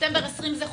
בספטמבר 2020 זה חובה.